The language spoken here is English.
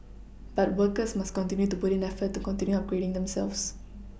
but workers must continue to put in effort to continue upgrading themselves